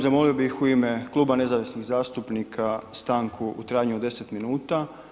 Zamolio bih u ime Kluba nezavisnih zastupnika stanku u trajanju od deset minuta.